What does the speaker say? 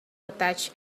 attach